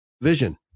vision